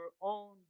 own